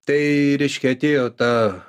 tai reiškia atėjo ta